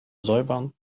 säubern